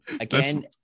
Again